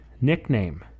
nickname